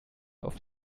auf